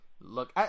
look